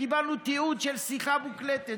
קיבלנו תיעוד של שיחה מוקלטת.